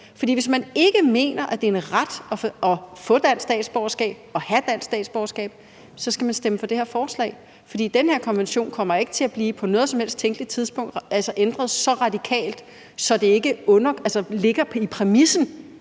hvis man ikke mener, det er en ret at få statsborgerskab og have dansk statsborgerskab, skal man stemme for det her forslag. For den her konvention kommer ikke på noget som helst tænkeligt tidspunkt til at blive ændret så radikalt, at det ikke ligger i præmissen,